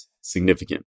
significant